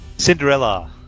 Cinderella